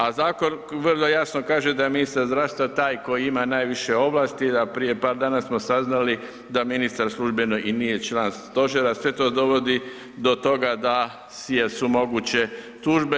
A zakon vrlo jasno kaže da je ministar zdravstva taj koji ima najviše ovlasti, a prije par dana smo saznali da ministar službeno i nije član Stožera, sve to dovodi do toga da su moguće tužbe.